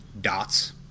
dots